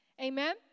amen